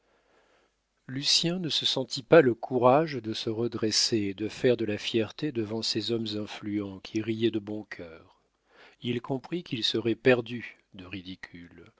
lucien ne se sentit pas le courage de se redresser et de faire de la fierté devant ces hommes influents qui riaient de bon cœur il comprit qu'il serait perdu de